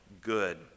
good